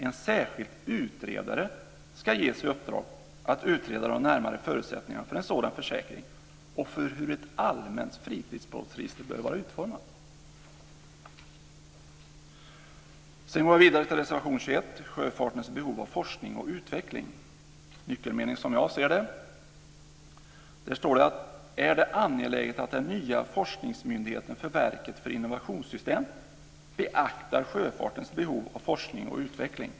En särskild utredare ska ges i uppdrag att utreda de närmare förutsättningarna för en sådan försäkring och för hur ett allmänt fritidsbåtsregister bör vara utformat. Sedan går jag vidare till reservation 21 om sjöfartens behov av forskning och utveckling. En nyckelmening, som jag ser det, är: "är det angeläget att den nya forskningsmyndigheten Verket för innovationssystem beaktar sjöfartens behov av forskning och utveckling".